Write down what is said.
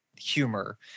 humor